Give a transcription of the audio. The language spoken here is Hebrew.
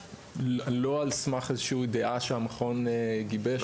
לא על סמך איזושהי דעה שהמכון גיבש או משהו.